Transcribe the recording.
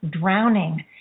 drowning